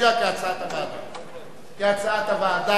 כהצעת הוועדה,